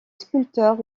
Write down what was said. sculpteur